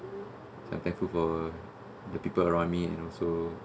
I'm thankful for the people around me and also